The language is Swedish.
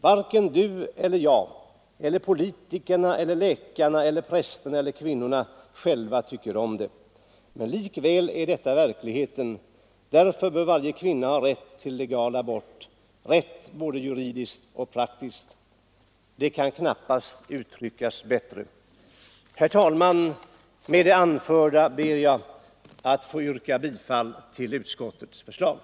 Varken du eller jag eller politikerna eller läkarna eller prästerna eller kvinnorna själva tycker om det. Men likväl är detta verkligheten. Därför bör varje kvinna ha rätt till legal abort, rätt både juridiskt och praktiskt ———.” Det kan knappast uttryckas bättre. Herr talman! Med det anförda ber jag att få yrka bifall till utskottets hemställan.